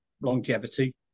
longevity